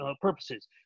purposes